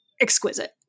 exquisite